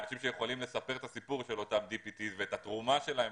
אנשים שיכולים לספר את הסיפור של אותם DPT ואת התרומה שלהם